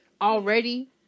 already